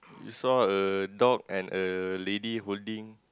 you saw a dog and a lady holding